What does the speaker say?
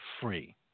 free